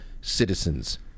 citizens